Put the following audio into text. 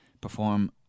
perform